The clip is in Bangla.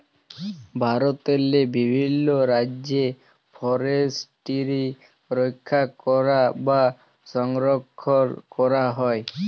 ভারতেরলে বিভিল্ল রাজ্যে ফরেসটিরি রখ্যা ক্যরা বা সংরখ্খল ক্যরা হয়